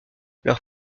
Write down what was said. leur